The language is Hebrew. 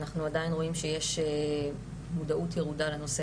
עדיין אנחנו רואים שיש מודעות ירודה לנושא